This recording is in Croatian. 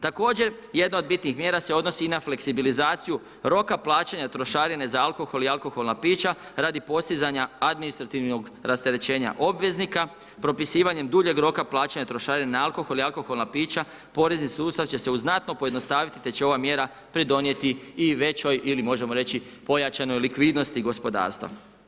Također, jedna od bitnih mjera se odnosi i na fleksibilizaciju roka plaćanja trošarine za alkohol i alkoholna pića radi postizanja administrativnog rasterećenja obveznika, propisivanjem duljeg roka plaćanja trošarina na alkohol i alkoholna pića, porezni sustav će se u znatno pojednostaviti te će ova mjera pridonijeti i većoj ili možemo reći pojačanoj likvidnosti gospodarstva.